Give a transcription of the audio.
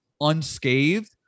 unscathed